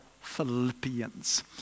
Philippians